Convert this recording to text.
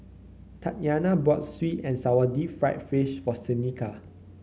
Tatyana bought sweet and sour Deep Fried Fish for Seneca